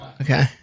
Okay